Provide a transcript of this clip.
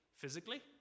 physically